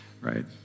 right